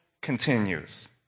continues